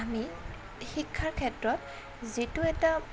আমি শিক্ষাৰ ক্ষেত্ৰত যিটো এটা